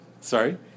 Sorry